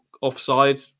offside